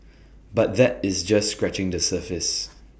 but that is just scratching the surface